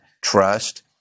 trust